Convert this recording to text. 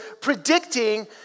predicting